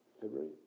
February